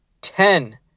ten